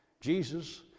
Jesus